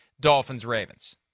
Dolphins-Ravens